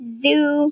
zoo